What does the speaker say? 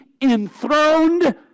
enthroned